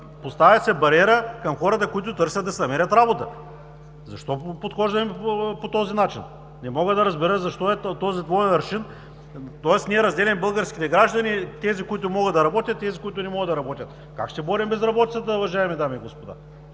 поставя бариера към хората, които търсят да си намерят работа. Защо подхождаме по този начин? Не мога да разбера защо е този двоен аршин?! Ние разделяме българските граждани – тези, които могат да работят, тези които не могат да работят. Как ще борим безработицата, уважаеми дами и господа?